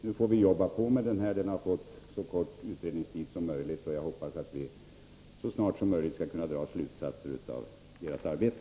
Nu får vi jobba på med denna utredning, som har fått så kort utredningstid som möjligt, och jag hoppas att vi mycket snart skall kunna dra slutsatser av dess arbete.